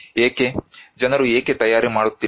ಏಕೆ ಜನರು ಏಕೆ ತಯಾರಿ ಮಾಡುತ್ತಿಲ್ಲ